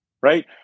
Right